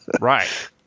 Right